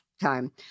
time